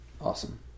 Awesome